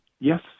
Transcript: yes